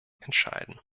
entscheiden